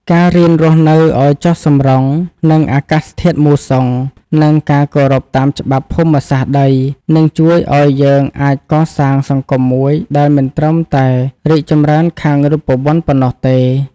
ការរៀនរស់នៅឱ្យចុះសម្រុងនឹងអាកាសធាតុមូសុង និងការគោរពតាមច្បាប់ភូមិសាស្ត្រដី នឹងជួយឱ្យយើងអាចកសាងសង្គមមួយដែលមិនត្រឹមតែរីកចម្រើនខាងរូបវន្តប៉ុណ្ណោះទេ។